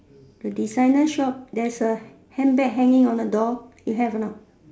the designer shop there is a handbag hanging on the door you have or not